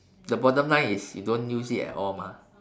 the bottom line is you don't use it at all mah